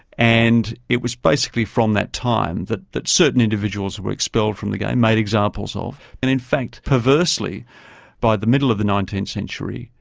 and it was basically from that time that that certain individuals were expelled from the game, made examples of, and in fact perversely by the middle of the nineteenth century,